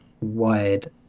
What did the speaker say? wired